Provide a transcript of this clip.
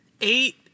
Eight